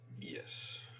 Yes